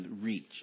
reach